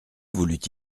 voulut